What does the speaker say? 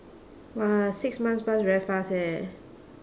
!wah! six months pass very fast eh